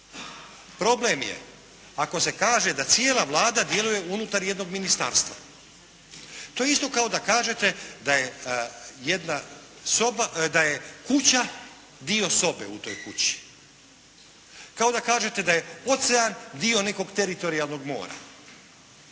Problem je ako se kaže da cijela Vlada djeluje unutar jednog ministarstva. To je isto kao da kažete da je jedna soba, da je kuća dio sobe u toj kući. Kao da kažete da je ocean dio nekog teritorijalnog mora.